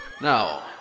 Now